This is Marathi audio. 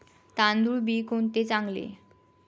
तांदूळ बी कोणते चांगले?